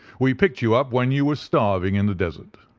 we picked you up when you were starving in the desert,